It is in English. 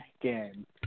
game